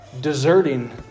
deserting